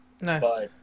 No